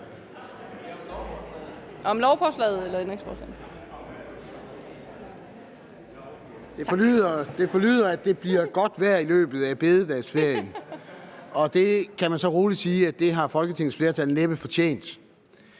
Det forlyder, at det bliver godt vejr i løbet af bededagsferien, og det kan man roligt sige at Folketingets flertal så næppe har fortjent.